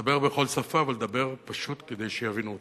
דבר בכל שפה, אבל דבר פשוט, כדי שיבינו אותך.